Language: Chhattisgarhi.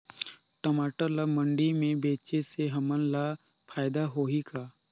टमाटर ला मंडी मे बेचे से हमन ला फायदा होही का?